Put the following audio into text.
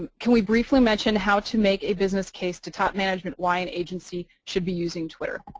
can we briefly mention how to make a business case to top management why an agency should be using twitter?